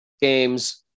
games